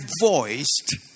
voiced